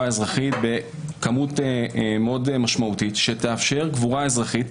אזרחית בכמות מאוד משמעותית שיאפשר קבורה אזרחית.